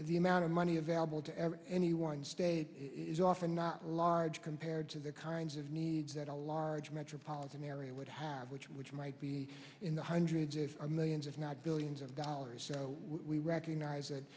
the amount of money available to any one state is often not large compared to the kinds of needs that a large metropolitan area would have which which might be in the hundreds of millions if not billions of dollars so we recognize it